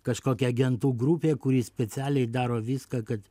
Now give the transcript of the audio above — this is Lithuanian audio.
kažkokia agentų grupė kuri specialiai daro viską kad